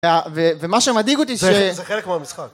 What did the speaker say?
ומה שמדאיג אותי. זה חלק מהמשחק